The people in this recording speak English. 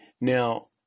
Now